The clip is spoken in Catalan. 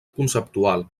conceptual